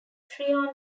tryon